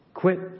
Quit